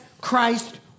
Christ